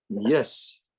Yes